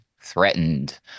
threatened